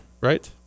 right